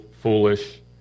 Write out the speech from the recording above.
foolish